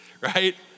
right